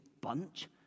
bunch